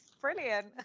brilliant